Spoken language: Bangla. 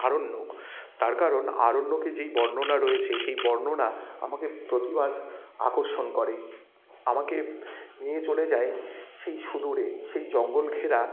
আরণ্যক তার কারণ আরণ্যকে যেই বর্ণনা রয়েছে সেই বর্ণনা আমাকে প্রতিবার আকর্ষণ করে আমাকে নিয়ে চলে যায় সেই সুদূরে সেই জঙ্গল ঘেরা